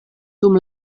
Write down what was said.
dum